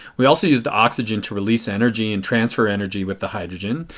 we also use the oxygen to release energy and transfer energy with the hydrogen.